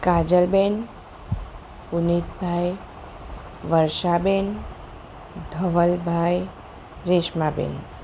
કાજલબહેન પુનિતભાઈ વર્ષાબહેન ધવલભાઈ રેશ્માબહેન